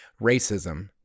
racism